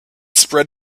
spread